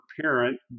parent